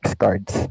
cards